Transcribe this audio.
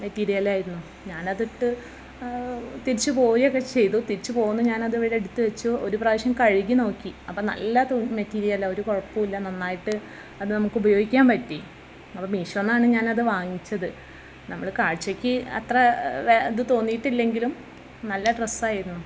മെറ്റീരിയലായിരുന്നു ഞാൻ അതിട്ട് തിരിച്ച് പോയൊക്കെ ചെയ്തു തിരിച്ച് പോവുന്നു ഞാൻ അതിവിടെ എടുത്ത് വെച്ചു ഒര് പ്രാവശ്യം കഴുകി നോക്കി അപ്പോൾ നല്ല തു മെറ്റീരിയലാണ് ഒര് കുഴപ്പവും ഇല്ല നന്നായിട്ട് അത് നമക്കുപയോഗിക്കാൻ പറ്റി അപ്പോൾ മീശോയിൽ നിന്നാണ് ഞാൻ അത് വാങ്ങിച്ചത് നമ്മള് കാഴ്ചയ്ക്ക് അത്ര വെ ഇത് തോന്നിയിട്ടില്ലെങ്കിലും നല്ല ഡ്രസ്സായിരുന്നു